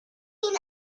king